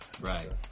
Right